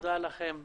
תודה רבה לכולם.